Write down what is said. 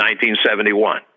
1971